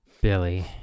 Billy